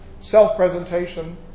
self-presentation